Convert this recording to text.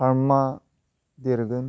pharma देरगोन